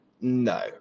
no